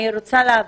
אני רוצה להבין,